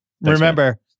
remember